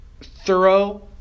thorough